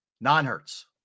non-Hertz